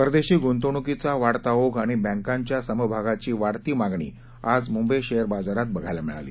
परदेशी गुंतवणूकीचा वाढता ओघ आणि बँकाच्या समभागाधी वाढती मागणी आज मुंबई शेअर बाजारात बघायला मिळाली